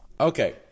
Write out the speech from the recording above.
Okay